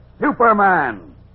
Superman